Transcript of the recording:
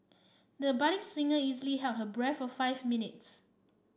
the budding singer easily held her breath for five minutes